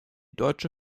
deutsche